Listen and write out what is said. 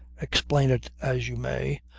explain it as you may,